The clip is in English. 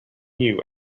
new